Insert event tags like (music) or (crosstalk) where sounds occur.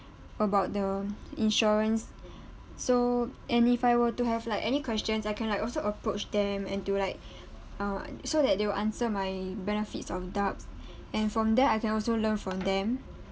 about the insurance so and if I were to have like any questions I can like also approach them and do like (breath) uh so that they will answer my benefits of doubts (breath) and from there I can also learn from them